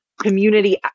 community